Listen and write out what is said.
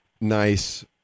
Nice